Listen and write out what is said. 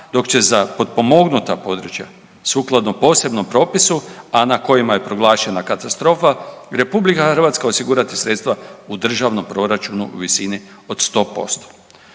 Dok će za potpomognuta područja sukladno posebnom propisu, a na kojim je proglašena katastrofa RH osigurati sredstva u državnom proračunu u visini od 100%.“